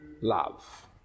love